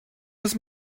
this